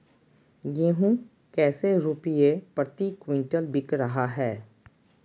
गेंहू कैसे रुपए प्रति क्विंटल बिक रहा है?